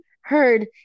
heard